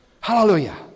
Hallelujah